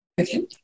Okay